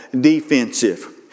defensive